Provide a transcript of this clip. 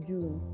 June